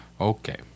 Okay